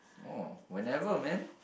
oh whenever man